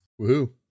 woohoo